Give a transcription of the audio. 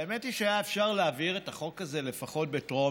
האמת היא שאפשר היה להעביר את החוק הזה לפחות בטרומית,